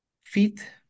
feet